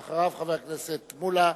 אדוני, ואחריו, חבר הכנסת מולה.